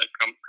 come